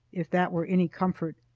if that were any comfort,